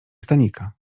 stanika